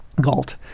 Galt